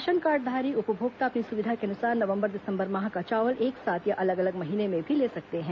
ration कार्डधारी उपभोक्ता अपनी सुविधा के अनुसार नवंबर दिसंबर माह का चावल एक साथ या अलग अलग महीने में भी ले सकते हैं